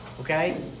okay